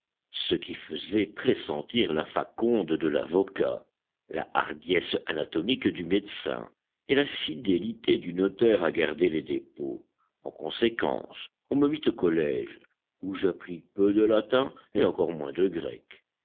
ce qui faisait pressentir la faconde de l'avocat la hardiesse anatomique du médecin et la fidélité du notaire à garder les dépôts en conséquence on me mit au collège où j'appris peu de latin et encore moins de grec